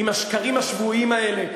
עם השקרים השבועיים האלה,